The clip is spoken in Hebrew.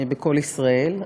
ב"קול ישראל",